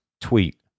tweet